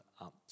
up